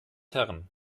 herren